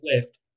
left